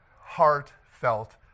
heartfelt